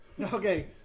Okay